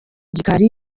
gikari